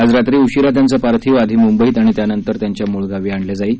आज रात्री उशीरा त्यांचं पार्थिव आधी मुंबईत आणि त्यानंतर त्यांच्या मुळगावी आणलं जाईल